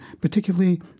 particularly